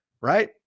right